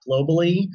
globally